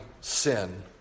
sin